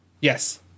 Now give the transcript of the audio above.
Yes